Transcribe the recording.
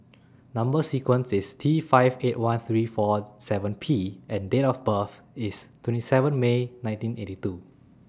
Number sequence IS T five eight one three four Zero seven P and Date of birth IS twenty seven May nineteen eighty two